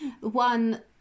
one